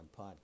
podcast